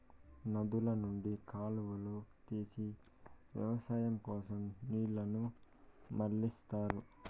నదుల నుండి కాలువలు తీసి వ్యవసాయం కోసం నీళ్ళను మళ్ళిస్తారు